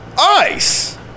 ICE